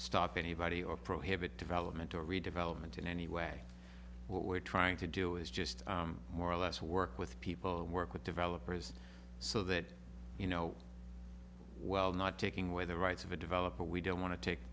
stop anybody or prohibit development or redevelopment in any way what we're trying to do is just more or less work with people work with developers so that you know well not taking away the rights of a developer we don't want to take